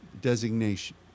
designation